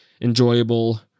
enjoyable